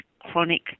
chronic